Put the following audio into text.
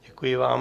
Děkuji vám.